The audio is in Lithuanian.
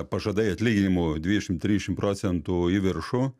pažadai atlyginimų dvidešimt trisdešimt procentų į viršų